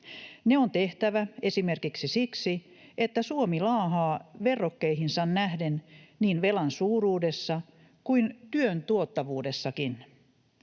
Ne on tehtävä esimerkiksi siksi, että Suomi laahaa verrokkeihinsa nähden niin velan suuruudessa kuin työn tuottavuudessakin.